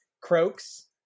croaks